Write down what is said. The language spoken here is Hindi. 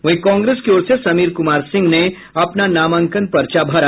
वहीं कांग्रेस की ओर से समीर कुमार सिंह ने अपना नामांकन पर्चा भरा